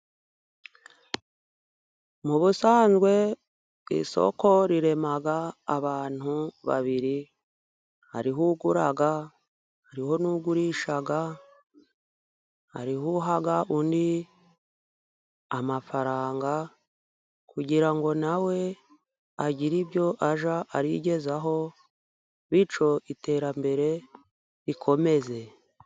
Mu busanzwe isoko rirema abantu babiri hari ho ugura hariho n'ugurisha hariho uha undi amafaranga kugira ngo na we agire ibyo ajya arigezaho bityo iterambere rikomeze.